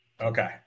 Okay